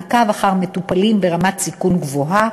מעקב אחר מטופלים ברמת סיכון גבוהה